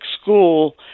school